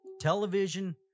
Television